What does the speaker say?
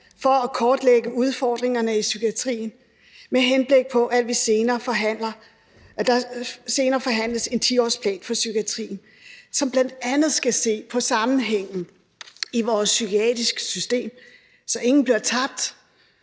for at kortlægge udfordringerne i psykiatrien, med henblik på at der senere forhandles om en 10-årsplan for psykiatrien, som bl.a. skal se på sammenhængen i vores psykiatriske system, så ingen bliver tabt,